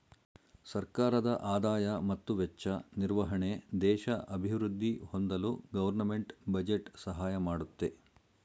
ಸರ್ಕಾರದ ಆದಾಯ ಮತ್ತು ವೆಚ್ಚ ನಿರ್ವಹಣೆ ದೇಶ ಅಭಿವೃದ್ಧಿ ಹೊಂದಲು ಗೌರ್ನಮೆಂಟ್ ಬಜೆಟ್ ಸಹಾಯ ಮಾಡುತ್ತೆ